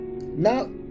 Now